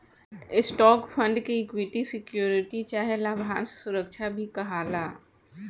stock fund के equity security चाहे लाभांश सुरक्षा भी कहाला